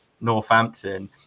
Northampton